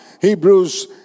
Hebrews